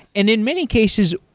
and in many cases,